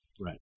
Right